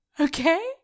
okay